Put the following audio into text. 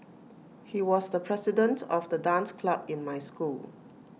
he was the president of the dance club in my school